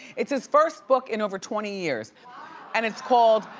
it's his first book in over twenty years and it's called,